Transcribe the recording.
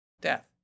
Death